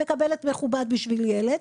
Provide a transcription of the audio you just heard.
מקבלת מכובד בשביל ילד.